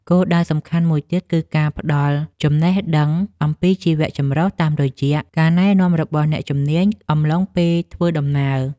គោលដៅសំខាន់មួយទៀត គឺការផ្ដល់ចំណេះដឹងអំពីជីវៈចម្រុះ តាមរយៈការណែនាំរបស់អ្នកជំនាញអំឡុងពេលធ្វើដំណើរ។